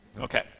Okay